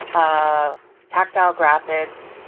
ah tactile graphics,